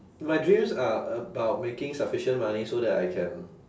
my dreams are about making sufficient money so that I can